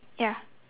ya